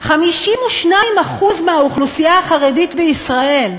52% מהאוכלוסייה החרדית בישראל,